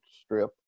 strip